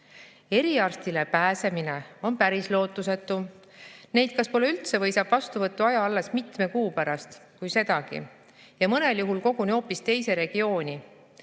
Eriarstile pääsemine on päris lootusetu. Neid kas pole üldse või saab vastuvõtuaja alles mitme kuu pärast, kui sedagi. Ja mõnel juhul koguni hoopis teise regiooni.